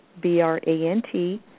B-R-A-N-T